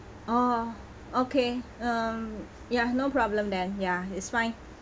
oh okay um ya no problem then ya it's fine